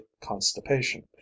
constipation